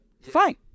Fine